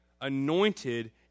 anointed